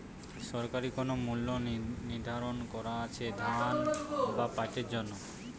সরকারি কোন মূল্য নিধারন করা আছে ধান বা পাটের জন্য?